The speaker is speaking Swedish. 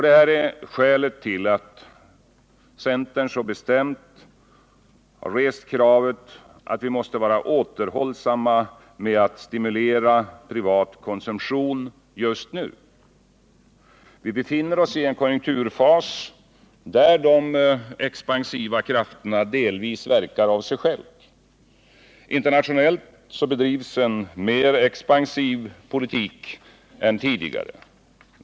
Det är skälet till att centern så bestämt har rest kravet att vi måste vara återhållsamma med att stimulera privat konsumtion just nu. Vi befinner oss i en konjunkturfas, där de expansiva krafterna delvis verkar av sig själva. Internationellt bedrivs en mer expansiv politik än tidigare.